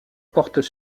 portent